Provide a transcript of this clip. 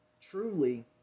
truly